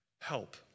help